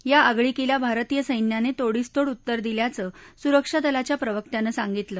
या आगळिकीला भारतीय सैन्यानत्रिडीस तोड उत्तर दिल्याचं सुरक्षादलाच्या प्रवक्त्यानसिंगितलं